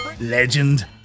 Legend